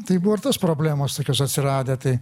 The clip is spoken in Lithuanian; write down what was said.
tai buvo ir tos problemos tokios atsiradę tai